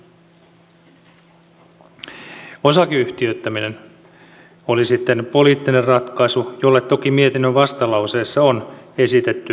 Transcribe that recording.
osakeyhtiöittäminen oli sitten poliittinen ratkaisu jolle toki mietinnön vastalauseessa on esitetty vaihtoehtoja